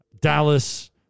Dallas